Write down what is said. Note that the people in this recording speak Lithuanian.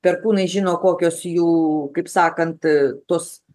perkūnai žino kokios jų kaip sakant tos